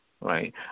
Right